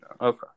okay